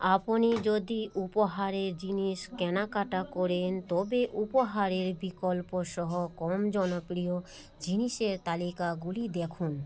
আপনি যদি উপহারের জিনিস কেনাকাটা করেন তবে উপহারের বিকল্পসহ কম জনপ্রিয় জিনিসের তালিকাগুলি দেখুন